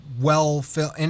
well-filled